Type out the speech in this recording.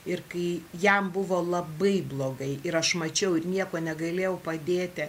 ir kai jam buvo labai blogai ir aš mačiau ir niekuo negalėjau padėti